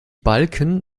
balken